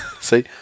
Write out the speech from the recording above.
See